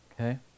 Okay